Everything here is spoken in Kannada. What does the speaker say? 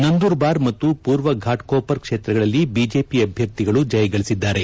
ನಂದೂರ್ಬಾರ್ ಮತ್ತು ಪೂರ್ವ ಫಾಟ್ಕೋಪರ್ ಕ್ಷೇತ್ರಗಳಲ್ಲಿ ಬಿಜೆಪಿ ಅಭ್ಯರ್ಥಿಗಳು ಜಯಗಳಿಸಿದ್ದಾರೆ